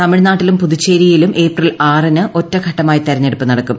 തമിഴ്നാട്ടിലും പുതുച്ചേരിയിലും ഏപ്രിൽ ആറിന് ഒറ്റ ഘട്ടമായി തെരഞ്ഞെടുപ്പ് നടക്കും